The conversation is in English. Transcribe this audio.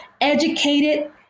educated